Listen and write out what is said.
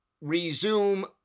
resume